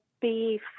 beef